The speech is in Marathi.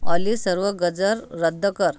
ऑली सर्व गजर रद्द कर